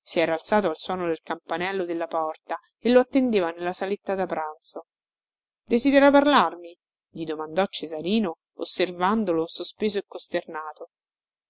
si era alzato al suono del campanello della porta e lo attendeva nella saletta da pranzo desidera parlarmi gli domandò cesarino osservandolo sospeso e costernato